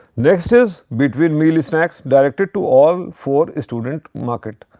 next is between meal snacks directed to all four student market.